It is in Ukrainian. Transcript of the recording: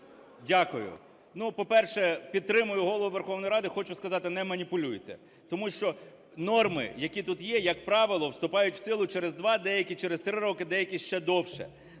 Дякую. Ну, по-перше, підтримую Голову Верховної Ради, хочу сказати: не маніпулюйте. Тому що норми, які тут є, як правило, вступають в силу через два, деякі – через три роки, деякі – ще довше.